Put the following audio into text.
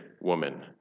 woman